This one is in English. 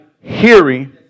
hearing